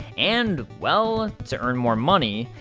and, well, to earn more money,